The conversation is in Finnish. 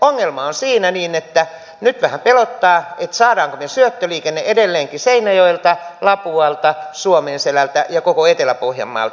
ongelma on siinä niin että nyt vähän pelottaa saammeko me syöttöliikenteen edelleenkin seinäjoelta lapualta suomenselältä ja koko etelä pohjanmaalta